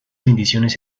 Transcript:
ediciones